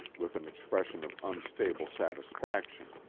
with an expression of unstable satisfaction,